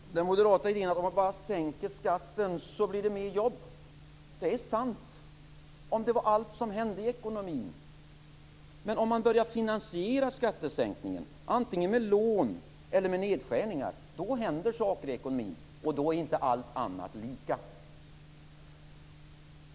Herr talman! Moderaterna tror att om man bara sänker skatten, så blir det fler jobb. Det är sant, om det var allt som hände i ekonomin. Men om man finansierar skattesänkningen antingen med lån eller med nedskärningar, då händer saker i ekonomin och då är inte allt annat lika.